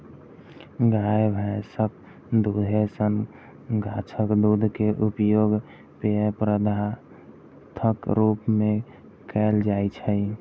गाय, भैंसक दूधे सन गाछक दूध के उपयोग पेय पदार्थक रूप मे कैल जाइ छै